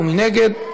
מי נגד?